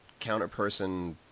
counterperson